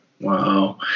Wow